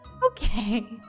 Okay